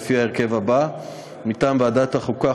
לפי ההרכב הבא: מטעם ועדת החוקה,